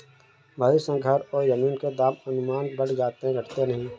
भविष्य में घर और जमीन के दाम अमूमन बढ़ जाते हैं घटते नहीं